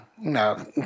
No